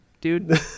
dude